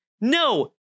No